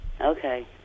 Okay